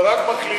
אתה רק מקליט?